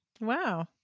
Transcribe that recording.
Wow